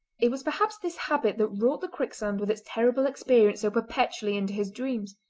it was perhaps this habit that wrought the quicksand with its terrible experience so perpetually into his dreams.